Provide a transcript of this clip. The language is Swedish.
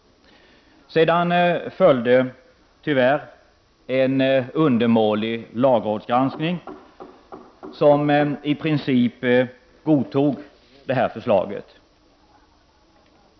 Sedan följde tyvärr en undermålig lagrådsgranskning, varvid lagrådet i princip godtog förslaget.